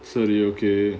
swathi okay